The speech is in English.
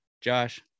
Josh